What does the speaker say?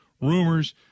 rumors